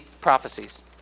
prophecies